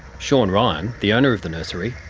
shaun ryan, the owner of the nursery,